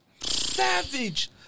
Savage